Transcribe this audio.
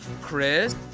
Chris